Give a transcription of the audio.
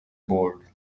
bored